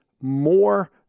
more